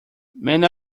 many